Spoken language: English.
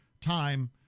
time